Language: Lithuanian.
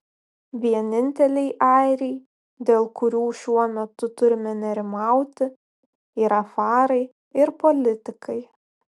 vieninteliai airiai dėl kurių šiuo metu turime nerimauti yra farai ir politikai